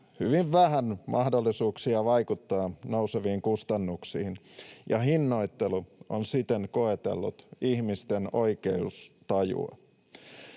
hyvin vähän mahdollisuuksia vaikuttaa nouseviin kustannuksiin, ja hinnoittelu on siten koetellut ihmisten oikeustajua.